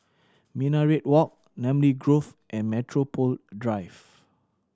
Minaret Walk Namly Grove and Metropole Drive